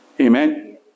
Amen